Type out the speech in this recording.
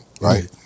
right